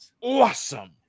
awesome